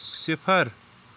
صِفر